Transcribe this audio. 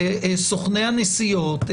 סוכני הנסיעות,